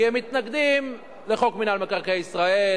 כי הם מתנגדים לחוק מינהל מקרקעי ישראל,